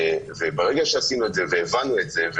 וברגע שעשינו את זה והבנו את זה,